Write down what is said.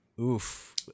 oof